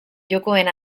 jokoen